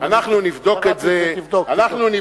אנחנו נבדוק את זה,